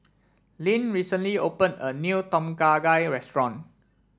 Lynn recently opened a new Tom Kha Gai restaurant